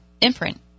imprint